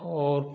और